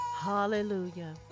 Hallelujah